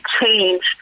change